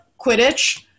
Quidditch